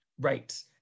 Right